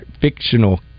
fictional